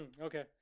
Okay